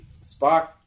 Spock